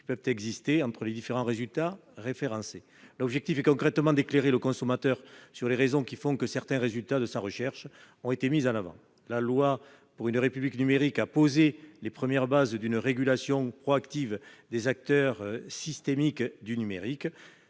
qui peuvent exister entre les différents résultats référencés. Concrètement, l'objectif est d'éclairer le consommateur sur les raisons qui font que certains résultats de sa recherche ont été mis en avant. La loi pour une République numérique a posé les premières bases d'une régulation proactive des acteurs systémiques du numérique.